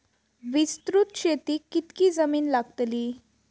विस्तृत शेतीक कितकी जमीन लागतली?